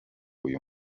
uyu